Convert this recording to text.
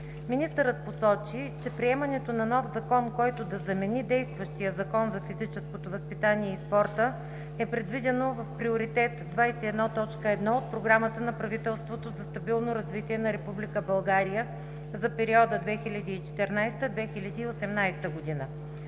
Министърът посочи, че приемането на нов закон, който да замени действащия Закон за физическо възпитание и спорта, е предвидено в приоритет 21.1 от Програмата на правителството за стабилно развитие на Република България за периода 2014 – 2018 г.